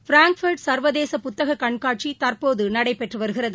Frankfurt சா்வதேச புத்தக கண்காட்சி தற்போது நடைபெற்று வருகிறது